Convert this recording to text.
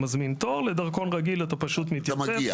האם נוספו 100 או לא?